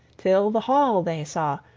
till the hall they saw,